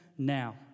Now